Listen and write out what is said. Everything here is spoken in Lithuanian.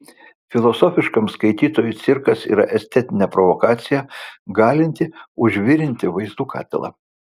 filosofiškam skaitytojui cirkas yra estetinė provokacija galinti užvirinti vaizdų katilą